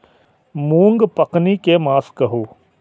मूँग पकनी के मास कहू?